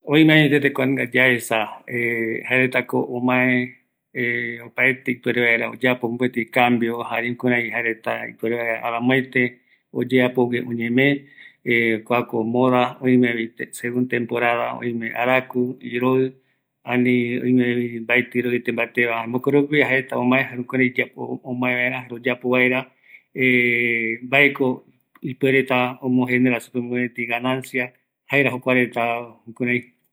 Oïmeko kuarei omaeva, oesauka vaera ambuaeye modava, kuako oesauka kïraïko oyeapo vaera mbae yaesaaveivaguiva ñae vaera, opaete oesa vaera kua ipɨau moda vare